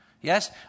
Yes